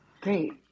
Great